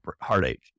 heartache